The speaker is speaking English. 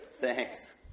Thanks